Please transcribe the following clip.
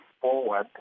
forward